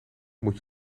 moet